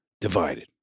divided